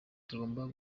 tugomba